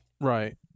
Right